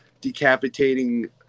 decapitating